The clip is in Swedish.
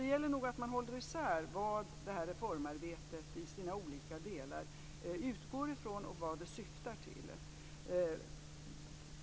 Det gäller nog alltså att hålla isär vad det här reformarbetet i sina olika delar utgår från och vad det syftar till.